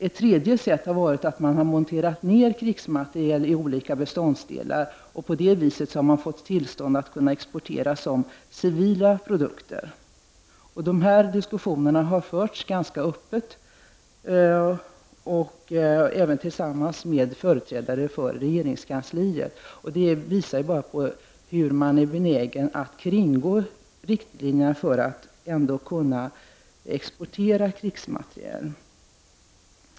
Ett tredje sätt har varit att man har monterat ner krigsmaterielen i olika beståndsdelar. På det viset har man fått tillstånd att exportera dessa som civila produkter. Detta förfaringssätt har diskuterats ganska öppet, även tillsammans med företrädare för regeringskansliet. Det visar på hur benägen man är att kringgå riktlinjerna för att kunna exportera krigsmateriel.